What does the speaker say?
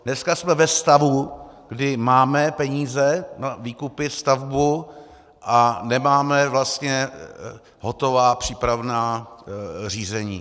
Dneska jsme ve stavu, kdy máme peníze na výkupy, stavbu, a nemáme vlastně hotová přípravná řízení.